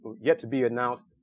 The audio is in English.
yet-to-be-announced